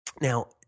Now